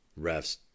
refs